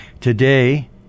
Today